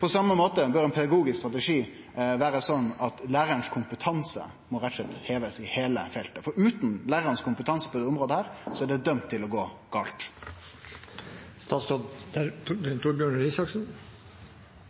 På same måte bør ein pedagogisk strategi vere sånn at kompetansen til læraren må hevast i heile feltet, for utan lærarkompetanse på dette området er det dømt til å gå